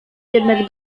jednak